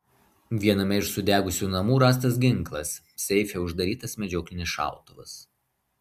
viename iš sudegusių namų rastas ginklas seife uždarytas medžioklinis šautuvas